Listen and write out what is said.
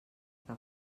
que